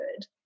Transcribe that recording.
good